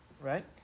right